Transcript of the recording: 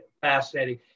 fascinating